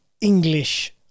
English